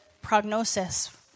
prognosis